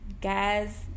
guys